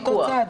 אין ויכוח.